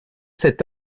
cet